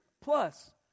plus